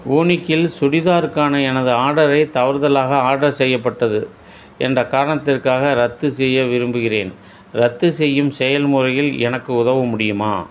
ஊனிக்கில் சுடிதாருக்கான எனது ஆர்டரை தவறுதலாக ஆர்டர் செய்யப்பட்டது என்ற காரணத்திற்காக ரத்து செய்ய விரும்புகிறேன் ரத்து செய்யும் செயல்முறையில் எனக்கு உதவ முடியுமா